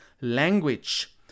language